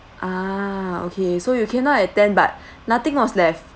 ah okay so you came down at ten but nothing was left